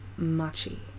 Machi